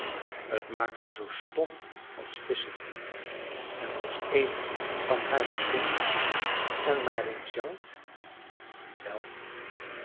het maakt haar zoo stom als visschen en als eene van haar begint en maar eens jankt wel